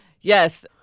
Yes